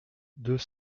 deux